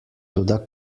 toda